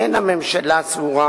אין הממשלה סבורה